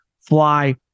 fly